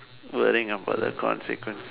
worrying about the consequence